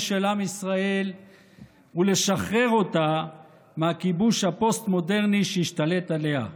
של עם ישראל ולשחרר אותה מהכיבוש הפוסט-מודרני שהשתלט עליה.